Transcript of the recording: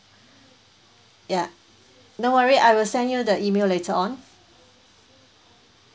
ya no worry I will send you the email later on